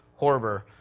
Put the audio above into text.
Horber